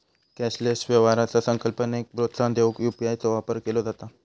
cashless व्यवहाराचा संकल्पनेक प्रोत्साहन देऊक यू.पी.आय चो वापर केला जाता